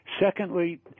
Secondly